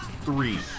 three